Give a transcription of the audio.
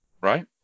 right